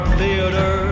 theater